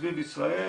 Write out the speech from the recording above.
סביב ישראל,